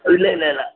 ಇಲ್ಲ ಇಲ್ಲ ಇಲ್ಲ